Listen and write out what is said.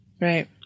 Right